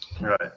right